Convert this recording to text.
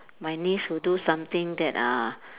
my niece will do something that uh